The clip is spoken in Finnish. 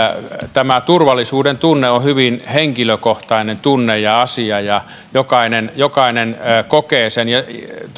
tämä turvallisuudentunne on hyvin henkilökohtainen tunne ja asia ja jokainen jokainen kokee sen